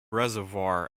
reservoir